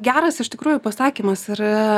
geras iš tikrųjų pasakymas ir